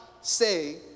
say